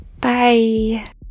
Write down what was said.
Bye